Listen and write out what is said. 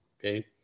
okay